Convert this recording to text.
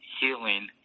healing